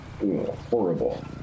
horrible